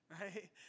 right